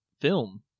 film